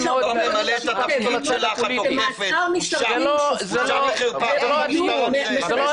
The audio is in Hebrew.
זה לא הדיון.